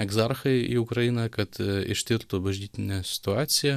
egzarchai į ukrainą kad ištirtų bažnytinę situaciją